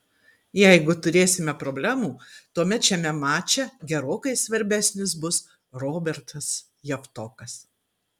jeigu turėsime problemų tuomet šiame mače gerokai svarbesnis bus robertas javtokas